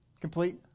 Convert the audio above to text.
complete